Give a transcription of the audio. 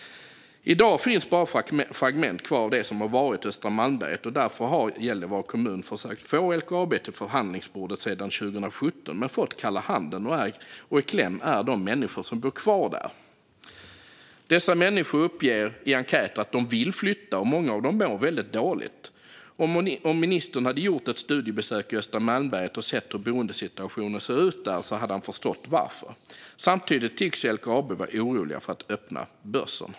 I dag finns bara fragment kvar av det som varit östra Malmberget. Därför har Gällivare kommun sedan 2017 försökt få LKAB till förhandlingsbordet men fått kalla handen, och i kläm är de människor som bor kvar där. Dessa människor uppger i enkäter att de vill flytta, och många av dem mår väldigt dåligt. Om ministern hade gjort ett studiebesök i östra Malmberget och sett hur boendesituationen ser ut där hade han förstått varför. Samtidigt tycks LKAB vara oroligt för att öppna börsen.